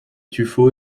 tuffeau